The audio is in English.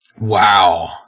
Wow